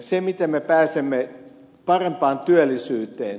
se miten me pääsemme parempaan työllisyyteen